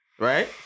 Right